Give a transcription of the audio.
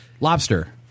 Lobster